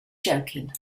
joking